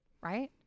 right